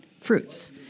fruits